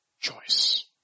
choice